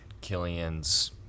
Killian's